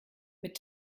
mit